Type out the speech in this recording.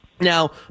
Now